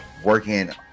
working